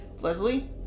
Leslie